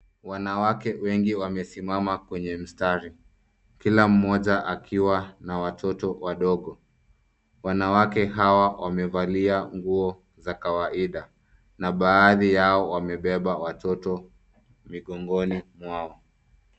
Wanawake wengi wamesimama kwenye mistari, kila mmoja akiwa na mtoto mdogo. Wanawake hawa wamevalia nguo za kawaida na baadhi yao wamebeba watoto migongoni mwao.